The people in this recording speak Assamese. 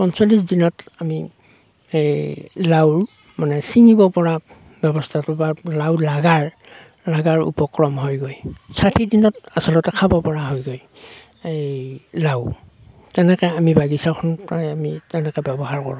পঞ্চলিছ দিনত আমি সেই লাও মানে ছিঙিব পৰা ব্যৱস্থাটো বা লাও লাগাৰ লগাৰ উপক্ৰম হয় গৈ ষাঠি দিনত আচলতে খাব পৰা হয়গৈ এই লাঁও তেনেকে আমি বাগিচাখন প্ৰায় আমি তেনেকে ব্যৱহাৰ কৰোঁ